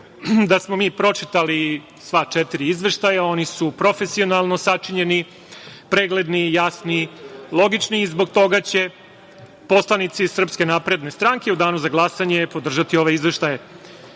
da smo mi pročitali sva četiri izveštaja. Oni su profesionalno sačinjeni, pregledni, jasni, logični i zbog toga će poslanici SNS u danu za glasanje podržati ovaj izveštaj.